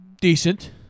decent